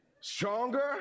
stronger